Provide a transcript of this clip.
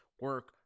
Work